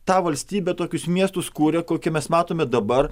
tą valstybę tokius miestus kūrė kokie mes matome dabar